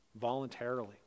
voluntarily